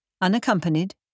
Unaccompanied